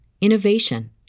innovation